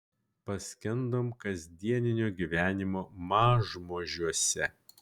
paskendom kasdieninio gyvenimo mažmožiuose